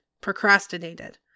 procrastinated